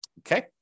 okay